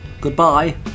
goodbye